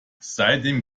seitdem